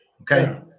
Okay